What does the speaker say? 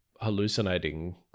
hallucinating